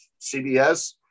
CBS